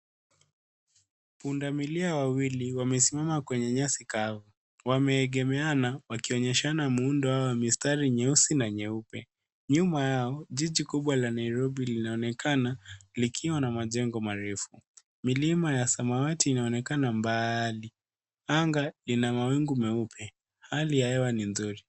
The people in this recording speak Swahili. Pundamilia wawili wamesimama kwenye nyasi kavu . Wameegemeana wakionyeshana muundo wao wa mistari nyeusi na nyeupe. Nyuma yao jiji kubwa la Nairobi linaonekana likiwa na majengo marefu. Milima ya samawati inaonekana mbali. Anga lina mawingu meupe. Hali ya hewa ni nzuri.